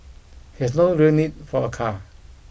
he has no real need for a car